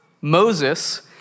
Moses